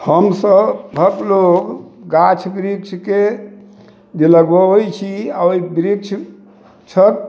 हम सभहक लोक गाछ वृक्षके जे लगबयबे छी आओर ओ वृक्ष छथि